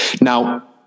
now